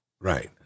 right